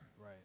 Right